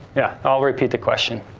yeah, i'll repeat the question.